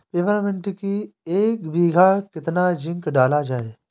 Peppermint की एक बीघा कितना जिंक डाला जाए?